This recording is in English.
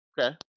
Okay